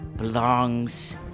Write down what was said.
belongs